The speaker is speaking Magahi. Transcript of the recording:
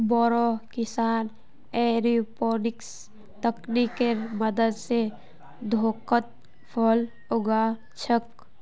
बोरो किसान एयरोपोनिक्स तकनीकेर मदद स थोकोत फल उगा छोक